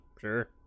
Sure